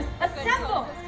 assemble